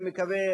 אני מקווה,